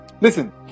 Listen